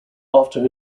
after